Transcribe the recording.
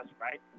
right